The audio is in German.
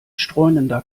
streunender